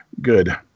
good